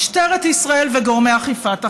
משטרת ישראל וגורמי אכיפת החוק.